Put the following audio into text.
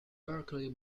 berkeley